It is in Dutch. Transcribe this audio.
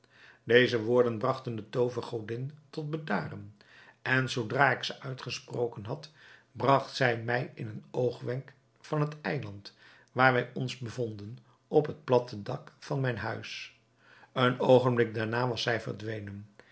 deze woorden bragten de toovergodin tot bedaren en zoodra ik ze uitgesproken had bragt zij mij in een oogwenk van het eiland waar wij ons bevonden op het platte dak van mijn huis een oogenblik daarna was zij verdwenen